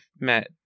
met